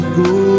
go